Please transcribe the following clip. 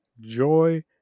joy